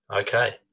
Okay